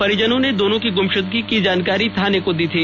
परिजनों ने दोनों की गुमशुदगी की जानकारी थाना में भी दी थी